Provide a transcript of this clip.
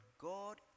God